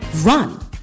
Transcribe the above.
run